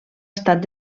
estat